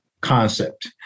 concept